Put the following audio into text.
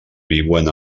viuen